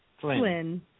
Flynn